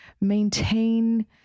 maintain